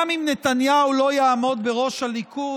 גם אם נתניהו לא יעמוד בראש הליכוד,